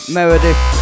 Meredith